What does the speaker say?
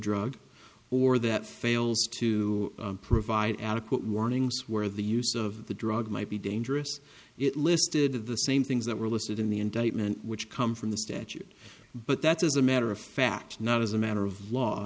drug or that fails to provide adequate warnings where the use of the drug might be dangerous it listed the same things that were listed in the indictment which come from the statute but that's as a matter of fact not as a matter of law